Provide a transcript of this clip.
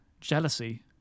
jealousy